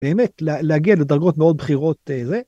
באמת, להגיע לדרגות מאוד בכירות, אה, זה,